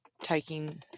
taking